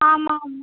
ஆமாம்